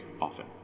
often